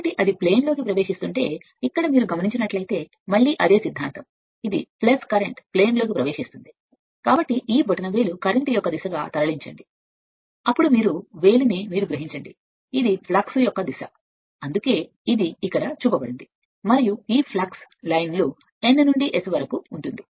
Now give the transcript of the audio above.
కాబట్టి అది సమతలంలోకి ప్రవేశిస్తుంటే ఇక్కడ మీరు చూస్తే అది మీరు పిలుస్తారు ఇది మళ్ళీ అదే తత్వశాస్త్రం ఇది కరెంట్ ప్రవేశిస్తుంది సమతలం కాబట్టి ఈ బొటనవేలు కరెంట్ యొక్క దిశగా తరలించండి అప్పుడు మీరు వేలు 1 అని పిలిచేదాన్ని మీరు గ్రహించండి ఇది ఫ్లక్స్ యొక్క దిశ అందుకే ఇది ఇక్కడ చూపబడింది అందుకే ఇది ఇక్కడ చూపబడింది మరియు ఈ N నుండి S వరకు ఫ్లక్స్ లైన్ N నుండి S వరకు ఉంటుంది